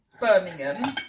birmingham